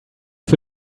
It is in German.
für